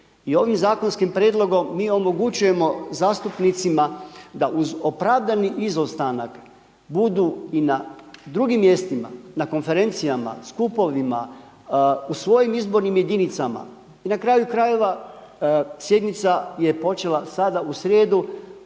I ovim zakonskim prijedlogom mi omogućujemo zastupnicima da uz opravdani izostanak budu i na drugim mjestima, na konferencijama, skupovima, u svojim izbornim jedinicama. I na kraju krajeva sjednica je počela sada u srijedu,